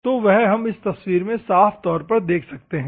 तो वह हम इस तस्वीर में साफ़ तौर पर देख सकते हैं